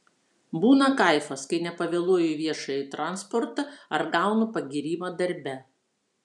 būna kaifas kai nepavėluoju į viešąjį transportą ar gaunu pagyrimą darbe